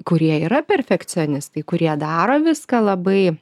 kurie yra perfekcionistai kurie daro viską labai